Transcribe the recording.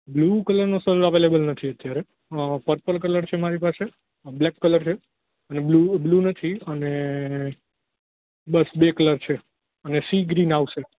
blue colour નો sir available નથી અત્યારે પર્પલ કલર છે મારી પાસે બ્લેક કલર છે બ્લૂ બ્લૂ નથી અને બસ બે કલર છે અને સી ગ્રીન આવશે